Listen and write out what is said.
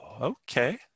okay